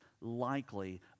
likely